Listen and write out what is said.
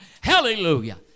Hallelujah